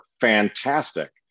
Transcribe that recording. fantastic